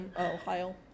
Ohio